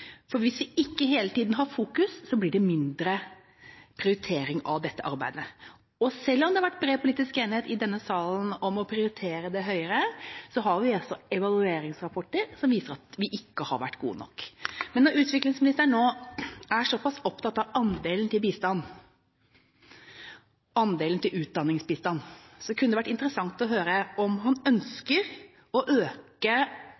Hvis vi ikke hele tiden er oppmerksomme, blir det mindre prioritering av dette arbeidet. Selv om det har vært bred politisk enighet i denne salen om å prioritere det høyere, så har vi også evalueringsrapporter som viser at vi ikke har vært gode nok. Når utviklingsministeren nå er så pass opptatt av andelen til utdanningsbistand, kunne det vært interessant å høre om han